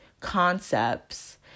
concepts